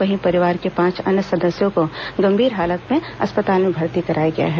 वहीं परिवार के पांच अन्य सदस्यों को गंभीर हालत में अस्पताल में भर्ती कराया गया है